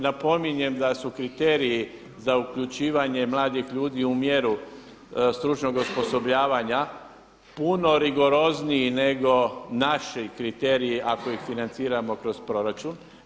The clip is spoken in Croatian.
Napominjem da su kriteriji za uključivanje mladih ljudi u mjeru stručnog osposobljavanja puno rigorozniji nego naši kriteriji ako ih financiramo kroz proračun.